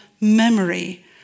memory